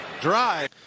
drive